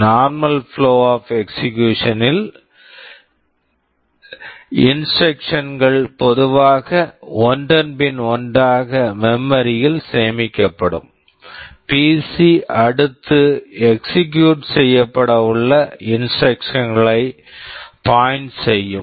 normal flow of execution normal flow of execution ல் instructions instructions கள் பொதுவாக ஒன்றன்பின் ஒன்றாக மெமரி memory யில் சேமிக்கப்படும் பிசி PC அடுத்து எக்ஸிகுயூட் execute செய்யப்பட உள்ள இன்ஸ்ட்ரக்க்ஷன் instruction களை பாய்ன்ட் point செய்யும்